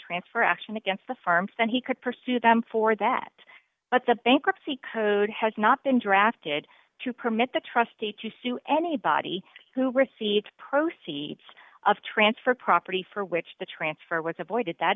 transfer action against the farms then he could pursue them for that but the bankruptcy code has not been drafted to permit the trustee to sue anybody who received proceeds of transfer property for which the transfer was avoided that